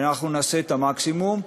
ואנחנו נעשה את המקסימום,